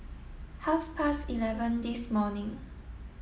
half past eleven this morning